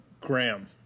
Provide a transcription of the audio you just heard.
Graham